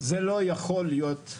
זה לא יכול להיות,